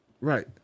Right